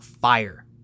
fire